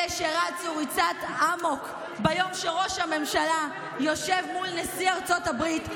אלה שרצו ריצת אמוק ביום שראש הממשלה יושב מול נשיא ארצות הברית,